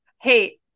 hey